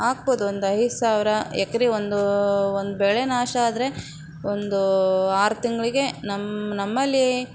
ಹಾಕ್ಬೋದು ಒಂದು ಐದು ಸಾವಿರ ಎಕರೆ ಒಂದು ಒಂದು ಬೆಳೆ ನಾಶ ಆದರೆ ಒಂದು ಆರು ತಿಂಗಳಿಗೆ ನಮ್ಮ ನಮ್ಮಲ್ಲಿ